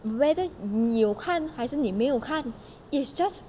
whether 你有看还是你没有看 is just